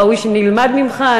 ראוי שנלמד ממך.